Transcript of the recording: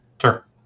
Sure